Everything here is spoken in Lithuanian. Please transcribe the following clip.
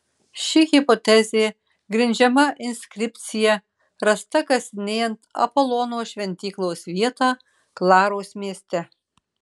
ši hipotezė grindžiama inskripcija rasta kasinėjant apolono šventyklos vietą klaros mieste